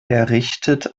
errichtet